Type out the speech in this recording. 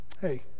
Hey